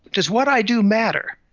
does what i do matter?